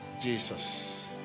Jesus